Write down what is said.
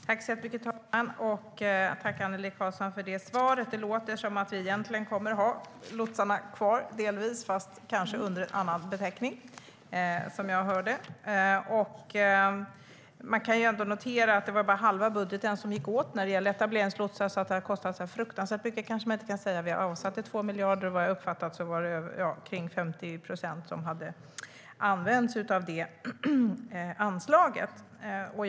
Herr talman! Tack, Annelie Karlsson, för svaret! Det låter som om vi delvis kommer att ha lotsarna kvar fast kanske under annan beteckning. Man kan notera att det bara var halva budgeten för etableringslotsarna som gick åt, så man kanske inte kan säga att det kostade fruktansvärt mycket. Vi avsatte 2 miljarder, och jag har uppfattat att det var omkring 50 procent av det anslaget som användes.